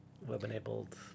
web-enabled